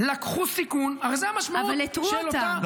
הרי זו המשמעות של אותה --- אבל איתרו אותם.